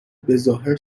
بهظاهر